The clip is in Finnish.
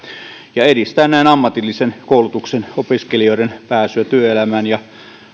ja edistää näin ammatillisen koulutuksen opiskelijoiden pääsyä työelämään ja